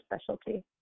specialty